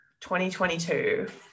2022